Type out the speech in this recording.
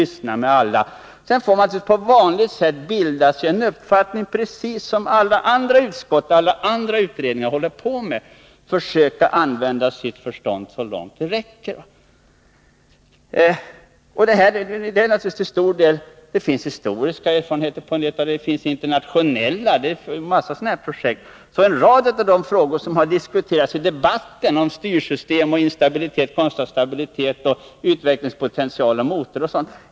Sedan måste vi på vanligt sätt bilda oss en uppfattning, precis som alla andra utskott och utredningar gör. Vi måste försöka att använda vårt förstånd så långt det räcker. Det finns historiska erfarenheter och internationella erfarenheter av en mängd projekt. En rad av de frågor som har diskuterats i debatten — styrsystem, instabilitet kontra stabilitet, utvecklingspotential, motor etc.